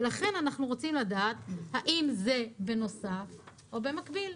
ולכן אנחנו רוצים לדעת האם זה בנוסף או במקביל.